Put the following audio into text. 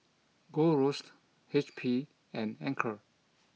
Gold Roast H P and Anchor